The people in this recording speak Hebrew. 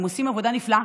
הם עושים עבודה נפלאה.